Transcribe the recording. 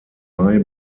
mai